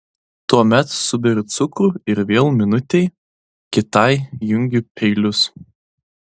tuomet suberiu cukrų ir vėl minutei kitai jungiu peilius